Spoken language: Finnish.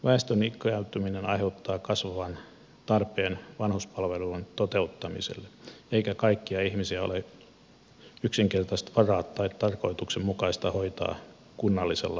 väestön ikääntyminen aiheuttaa kasvavan tarpeen vanhuspalvelulain toteuttamiselle eikä kaikkia ihmisiä ole yksinkertaisesti varaa tai tarkoituksenmukaista hoitaa kunnallisella laitoshoidolla